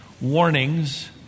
warnings